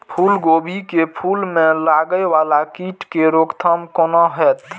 फुल गोभी के फुल में लागे वाला कीट के रोकथाम कौना हैत?